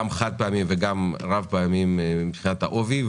חד-פעמיים וגם רב-פעמיים מבחינת עובי חומר הגלם.